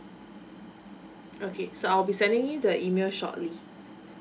okay so I'll be sending you the email shortly